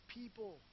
people